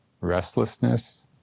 restlessness